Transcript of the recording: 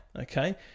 okay